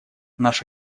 наш